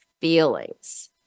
feelings